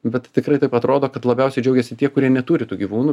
bet tikrai taip atrodo kad labiausiai džiaugiasi tie kurie neturi tų gyvūnų